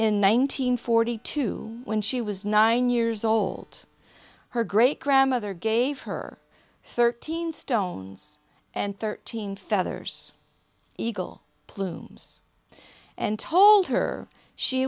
hundred forty two when she was nine years old her great grandmother gave her thirteen stones and thirteen feathers eagle plumes and told her she